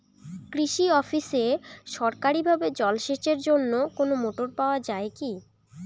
কৃষি অফিসে সরকারিভাবে জল সেচের জন্য মোটর পাওয়া যায় কি?